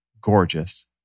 gorgeous